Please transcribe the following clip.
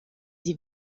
sie